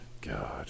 God